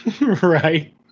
Right